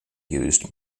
used